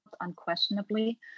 unquestionably